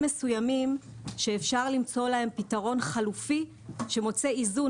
מסוימים שאפשר למצוא להם פתרון חלופי שמוצא איזון